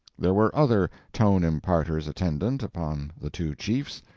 there were other tone-imparters attendant upon the two chiefs,